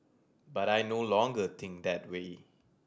but I no longer think that way